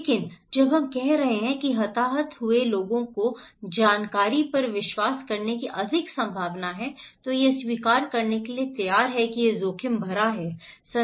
लेकिन जब हम कह रहे हैं कि हताहत हुए लोगों की जानकारी पर विश्वास करने की अधिक संभावना है तो यह स्वीकार करने के लिए तैयार है कि यह जोखिम भरा है